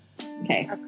okay